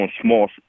small